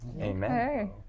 Amen